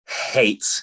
hate